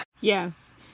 Yes